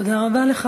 תודה רבה לך.